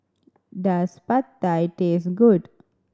does Pad Thai taste good